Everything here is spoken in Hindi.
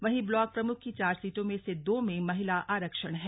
वहीं ब्लाक प्रमुख की चार सीटों में से दो में महिला आरक्षण हैं